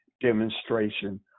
demonstration